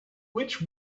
which